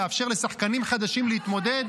לאפשר לשחקנים חדשים להתמודד.